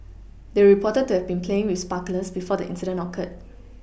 they were reported to have been playing with sparklers before the incident occurred